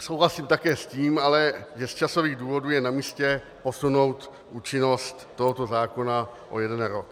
Souhlasím také s tím, že časových důvodů je namístě posunout účinnost tohoto zákona o jeden rok.